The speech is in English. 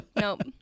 nope